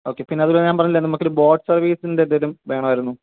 okay പിന്നെ അത് പോലെ ഞാന് പറഞ്ഞില്ലേ നമുക്കൊരു ബോട്ട് സര്വീസിന്റെ എന്തേലും വേണമായിരുന്നു